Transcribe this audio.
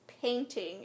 painting